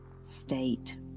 state